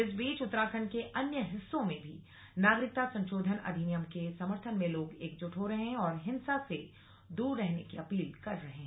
इस बीच उत्तराखंड के अन्य हिस्सों में भी नागरिकता संशोधन अधिनियम के समर्थन में लोग एकजुट हो रहे हैं और हिंसा से दूर रहने की अपील कर रहे हैं